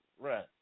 right